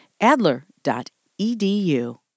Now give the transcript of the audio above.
Adler.edu